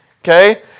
Okay